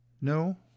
no